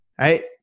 Right